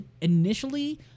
initially